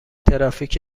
ترافیک